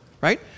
right